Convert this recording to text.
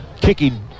kicking